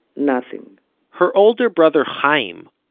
nothing her older brother, haim,